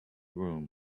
room